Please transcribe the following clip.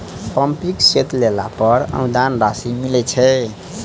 Pumping set लेला पर अनुदान राशि मिलय छैय?